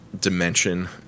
dimension